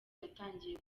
yatangiye